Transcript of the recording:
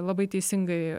labai teisingai